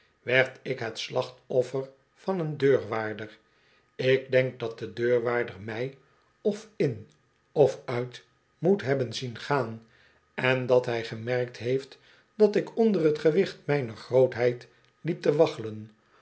werd ik het slachtoffer van een deurwaarder ik denk dat de deurwaarder mij of in of uit moet hebben zien gaan en dat hij gemerkt heeft dat ik onder t gewicht mijner grootheid liep